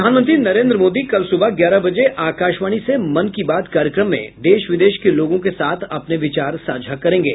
प्रधानमंत्री नरेन्द्र मोदी कल सुबह ग्यारह बजे आकाशवाणी से मन की बात कार्यक्रम में देश विदेश के लोगों के साथ अपने विचार साझा करेंगे